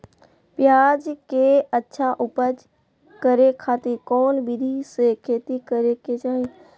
प्याज के अच्छा उपज करे खातिर कौन विधि से खेती करे के चाही?